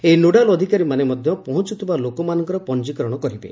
ଏହି ନୋଡାଲ ଅଧିକାରୀମାନେ ମଧ୍ୟ ପହଞ୍ଚୁଥିବା ଲୋକମାନଙ୍କର ପଞ୍ଜିକରଣ କରିବେ